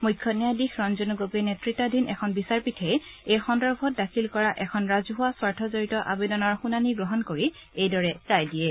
মুখ্য ন্যায়াধীশ ৰঞ্জন গগৈ নেত়তাধীন এখন বিচাৰপীঠে এই সন্দৰ্ভত দাখিল কৰা এখন ৰাজহুৱা স্বাৰ্থজড়িত আবেদনখনৰ শুনানি গ্ৰহণ কৰি এইদৰে ৰায় দিয়ে